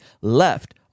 left